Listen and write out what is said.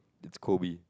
it's Kobe